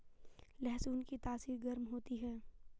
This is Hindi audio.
लहसुन की तासीर गर्म होती है